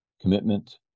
commitment